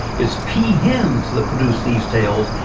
it's peahens that produce these tails,